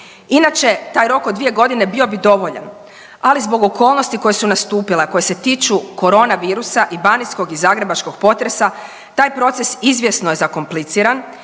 Inače, taj rok od 2 godine bio bi dovoljan, ali zbog okolnosti koje su nastupile, a koje se tiču koronavirusa i banijskog i zagrebačkog potresa, taj proces izvjesno je zakompliciran